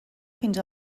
fins